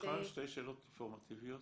שתי שאלות אינפורמטיביות.